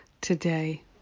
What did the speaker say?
today